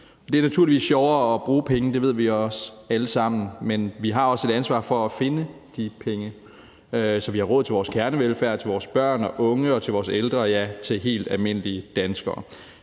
Det er naturligvis sjovere at bruge penge; det ved vi alle sammen. Men vi har også et ansvar for at finde de penge, så vi har råd til vores kernevelfærd, til vores børn og unge og til vores ældre, ja, til helt almindelige danskere.